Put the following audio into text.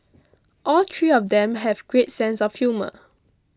all tree of them have great sense of humour